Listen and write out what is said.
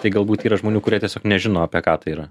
tai galbūt yra žmonių kurie tiesiog nežino apie ką tai yra